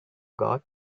got